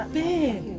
big